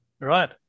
Right